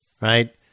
Right